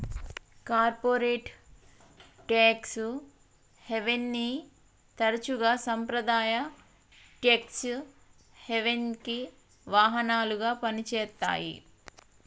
corporate tax హెవెన్ని తరచుగా సాంప్రదాయ ట్యేక్స్ హెవెన్కి వాహనాలుగా పనిచేత్తాయి